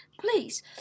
Please